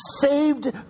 saved